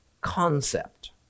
concept